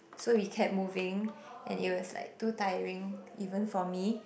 so we kept moving and it was like too tiring even for me